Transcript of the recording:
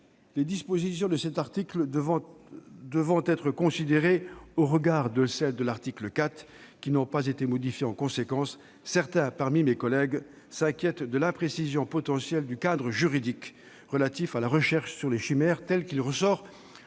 les dispositions de cet article devant être considérées au regard de celles de l'article 4, qui n'ont pas été modifiées en conséquence, certains, parmi mes collègues, s'inquiètent de l'imprécision potentielle du cadre juridique relatif à la recherche sur les chimères tel qu'il ressort